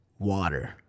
Water